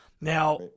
Now